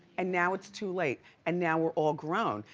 and now it's too late and now we're all grown,